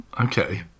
okay